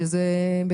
17 ו-20(ד) ו-(ה),